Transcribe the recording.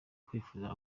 kwifuriza